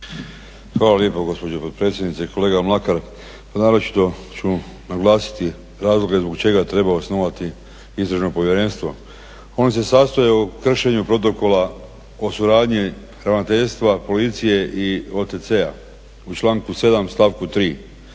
Hvala lijepo gospođo potpredsjednice. Kolega Mlakar pa naročito ću naglasiti razloge zbog čega treba osnovati Istražno povjerenstvo. Ono se sastoji u kršenju protokola, o suradnji ravnateljstva Policije i OTC-a u članku 7. stavku 3.